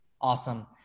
Awesome